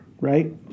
right